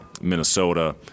Minnesota